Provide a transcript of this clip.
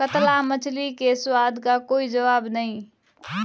कतला मछली के स्वाद का कोई जवाब नहीं